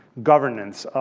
governance.